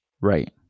Right